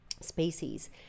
species